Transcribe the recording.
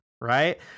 right